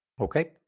Okay